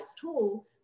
tool